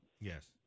Yes